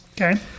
Okay